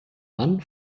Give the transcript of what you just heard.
mann